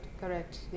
correct